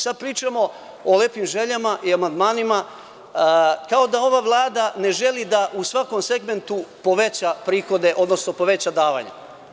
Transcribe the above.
Sada pričamo o lepim željama i amandmanima, kao da ova Vlada ne želi da u svakom segmentu poveća prihode, odnosno poveća davanja.